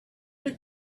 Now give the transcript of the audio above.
but